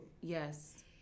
yes